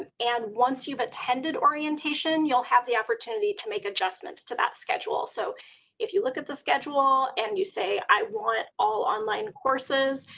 and and once you've attended orientation you'll have the opportunity to make adjustments to that schedule. so if you look at the schedule and you say i want all online courses,